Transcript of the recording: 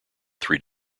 three